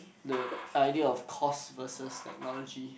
the idea of cost versus technology